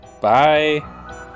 Bye